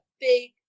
big